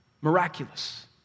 Miraculous